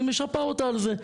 היא משפה אותה על זה.